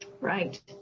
Right